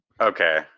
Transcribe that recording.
okay